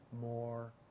more